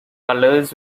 colors